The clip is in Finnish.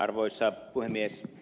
arvoisa puhemies